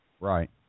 Right